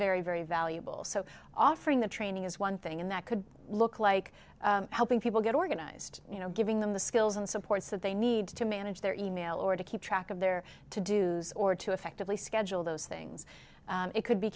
very very valuable so offering the training is one thing and that could look like helping people get organized you know giving them the skills and supports that they need to manage their email or to keep track of their to do or to effectively schedule those things it could be